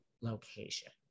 location